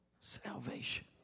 salvation